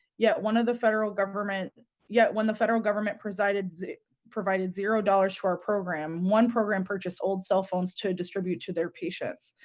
yet one of the federal government yet when the federal government provided zero provided zero dollars for our program, one program purchase old cell phones to distribute to their patients.